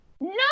No